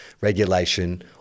regulation